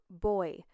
Boy